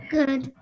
Good